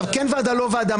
כן ועדה,